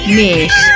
miss